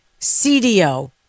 CDO